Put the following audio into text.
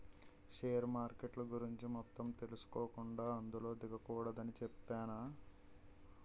share మార్కెట్ల గురించి మొత్తం తెలుసుకోకుండా అందులో దిగకూడదని చెప్పేనా